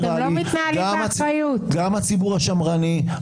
גם הציבור השמרני.